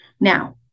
Now